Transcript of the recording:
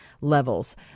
levels